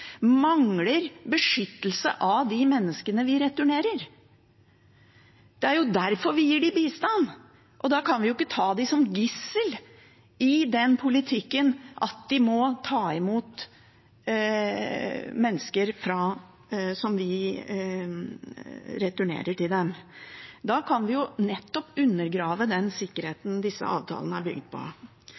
mangler beskyttelse av de menneskene vi returnerer. Det er jo derfor vi gir dem bistand, og da kan vi ikke ta dem som gissel for den politikken at de må ta imot mennesker som vi returnerer til dem. Da kan vi jo nettopp undergrave den sikkerheten disse avtalene er bygd på.